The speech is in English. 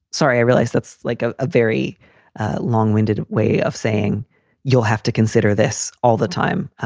sorry. i realize that's like a ah very long winded way of saying you'll have to consider this all the time,